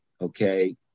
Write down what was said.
okay